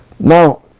Now